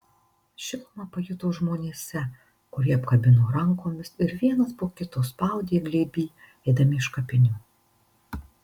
šilumą pajuto žmonėse kurie apkabino rankomis ir vienas po kito spaudė glėby eidami iš kapinių